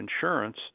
insurance